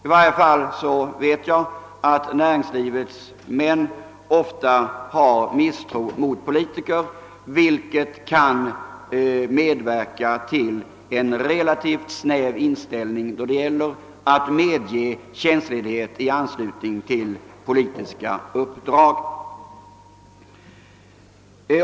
I varje fall vet jag att näringslivets representanter ofta hyser miss tro mot politiker, vilket kan medverka till en relativt snäv inställning då det gäller att medge tjänstledighet för politiska uppdrag.